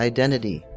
Identity